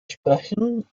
sprechen